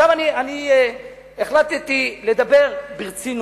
החלטתי לדבר ברצינות.